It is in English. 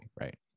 right